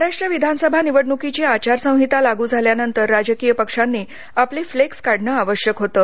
महाराष्ट्र विधानसभा निवडण्कीची आचारसंहिता लागू झाल्यानंतर राजकीय पक्षांनी आपले फ्लेक्स काढणं आवश्यक होतं